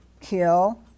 Kill